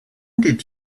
did